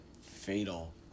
Fatal